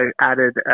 added